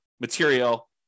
material